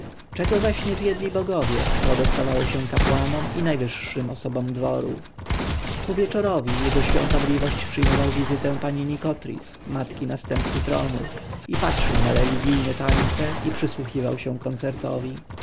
czego zaś nie zjedli bogowie to dostawało się kapłanom i najwyższym osobom dworu ku wieczorowi jego świątobliwość przyjmował wizytę pani nikotris matki następcy tronu patrzył na religijne tańce i przysłuchiwał się koncertowi